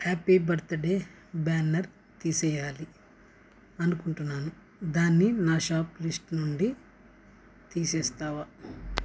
happy birthday banner తీసేయాలి అనుకుంటున్నాను దాన్ని నా షాప్ లిస్ట్ నుండి తీసేస్తావా